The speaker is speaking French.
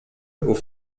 aux